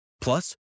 Plus